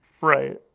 Right